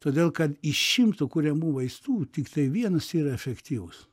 todėl kad iš šimtų kuriamų vaistų tiktai vienas yra efektyvus